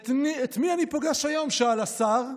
"את מי אני פוגש היום?" שאל השר.